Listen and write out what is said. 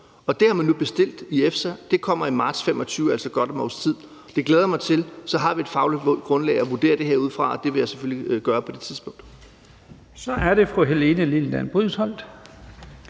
Det har man nu bestilt i EFSA, og det kommer i marts 2025, altså om godt et års tid. Det glæder jeg mig til. Så har vi et fagligt grundlag at vurdere det her ud fra, og det vil jeg selvfølgelig gøre på det tidspunkt. Kl. 15:21 Første